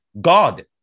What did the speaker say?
God